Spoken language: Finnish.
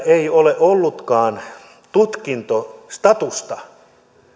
ei ole ollutkaan tutkintostatusta